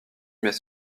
met